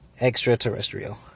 extraterrestrial